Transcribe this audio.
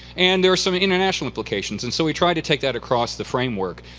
and there are some international implications. and so we tried to take that across the framework.